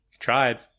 Tried